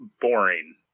boring